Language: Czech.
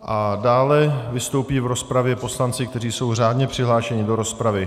A dále vystoupí v rozpravě poslanci, kteří jsou řádně přihlášeni do rozpravy.